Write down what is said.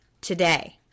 today